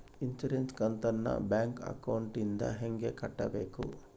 Insurance ಕಂತನ್ನ bank ಅಕೌಂಟಿಂದ ಹೆಂಗ ಕಟ್ಟಬೇಕು?